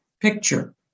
picture